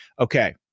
Okay